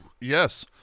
Yes